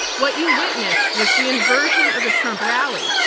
what you witnessed was the inversion of a trump rally.